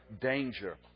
danger